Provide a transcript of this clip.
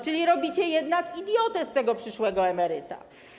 Czyli robicie jednak idiotę z tego przyszłego emeryta.